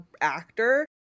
actor